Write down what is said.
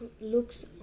looks